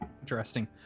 Interesting